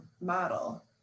model